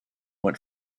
went